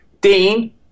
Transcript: Dean